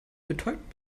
betäubt